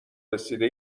رسیده